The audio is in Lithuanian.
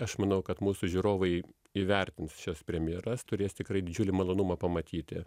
aš manau kad mūsų žiūrovai įvertins šias premjeras turės tikrai didžiulį malonumą pamatyti